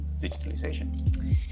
digitalization